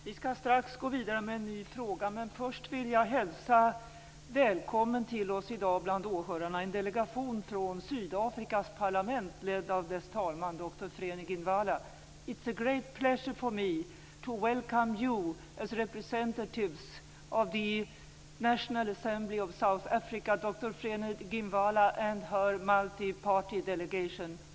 Vi skall strax gå vidare med en ny fråga, men först vill jag hälsa välkommen till oss i dag bland åhörarna en delegation från Sydafrikas parlament, ledd av dess talman, doktor Frene Ginwala. It's a great pleasure for me to welcome you as representatives of the National Assembly of South Africa, doctor Frene Ginwala and her multiparty delegation.